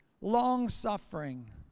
long-suffering